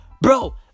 bro